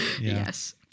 Yes